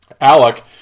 Alec